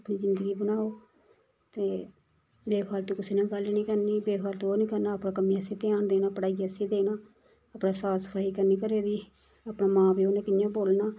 अपनी जिंदगी बनाओ ते बे फालतू कुसै ने गल्ल नेईं करनी बे फालतू ओह् करना अपने कम्मै आसै ध्यान देना पढ़ाई आसै ध्यान देना अपना साफ सफाई करनी घरै दी अपना मां प्यौ ने कियां बोलना